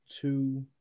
two